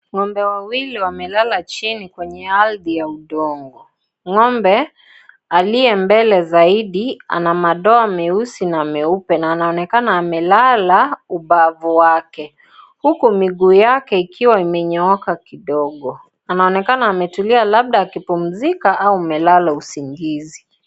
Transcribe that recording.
Ngombe wawili wamelala chini kwenye ardhi ya udongo, ngombe aliye mbele zaidi ana madoa meusi na meupe na anaonekana amelala ubavu wake huku miguu yake ikiwa imenyooka kidogo, anaonekana ametulia labda akipumzika au amelala usingizi.